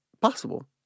possible